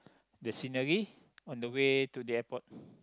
the scenery on the way to the airport